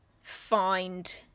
find